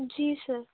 जी sir